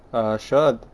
err sure